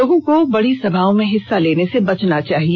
लोगों को बड़ी सभाओं में हिस्सा लेने से बचना चाहिए